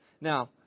Now